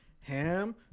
ham